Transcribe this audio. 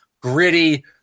gritty